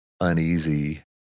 Uneasy